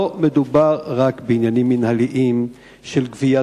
לא מדובר רק בעניינים מינהליים של גביית